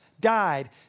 died